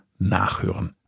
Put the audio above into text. Nachhören